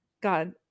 god